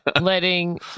letting